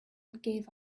gave